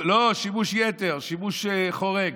לא, שימוש יתר, שימוש חורג.